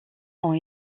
ont